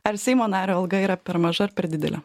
ar seimo nario alga yra per maža ar per didelė